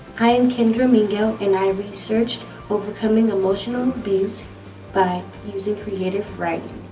i'm kindra mingo, and i researched overcoming emotional abuse by using creative writing.